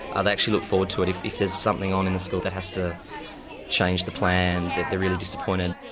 i've actually looked forward to it. if if there's something on in the school that has to change the plan that they're really disappointed.